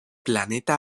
planeta